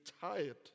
tired